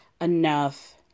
enough